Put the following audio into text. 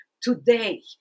today